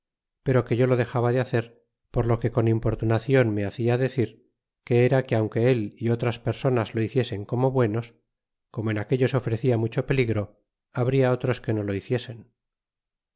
pero que yo lo dexaba de hacer por lo que con importunación me hacia decir que era que aunque el y otras personas lo hiciesen como buenos como en aquello se ofrecia mucho peligro habria otros que no lo hiciesen